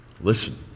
Listen